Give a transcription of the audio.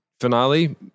finale